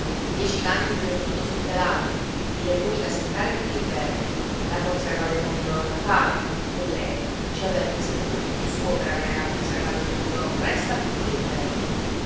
dieci canne di ordito sul telaio i legumi da seccare per l'inverno la conserva dei pomidoro da fare che lei ci aveva un segreto tutto suo per avere la conserva dei pomidoro fresca tutto